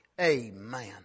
Amen